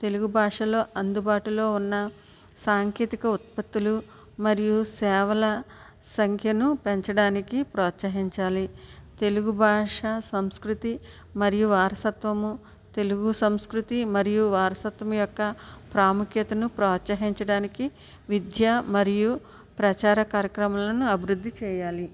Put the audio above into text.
తెలుగు భాషలో అందుబాటులో ఉన్న సాంకేతికత ఉత్పత్తులు మరియు సేవల సంఖ్యను పెంచడానికి ప్రోత్సహించాలి తెలుగు భాష సంస్కృతి మరియు వారసత్వము తెలుగు సంస్కృతి మరియు వారసత్వం యొక్క ప్రాముఖ్యతను ప్రోత్సహించడానికి విద్య మరియు ప్రచార కార్యక్రమాలు అభివృద్ధి చేయాలి